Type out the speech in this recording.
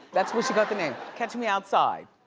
that's where she got the name. catch me outside.